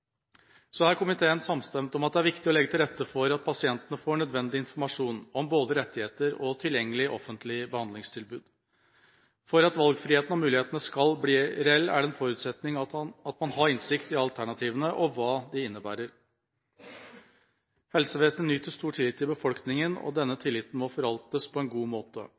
Så er komiteen samstemt om at det er viktig å legge til rette for at pasientene får nødvendig informasjon om både rettigheter og tilgjengelig offentlig behandlingstilbud. For at valgfriheten og muligheten skal bli reell, er det en forutsetning at man har innsikt i alternativene og hva de innebærer. Helsevesenet nyter stor tillit i befolkninga, og denne tilliten må forvaltes på en god måte.